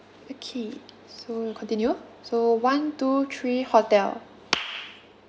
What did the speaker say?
okay so continue so one two three hotel